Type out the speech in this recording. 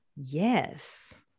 yes